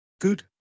Good